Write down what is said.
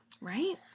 Right